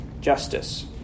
Justice